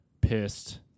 pissed